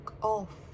off